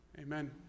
Amen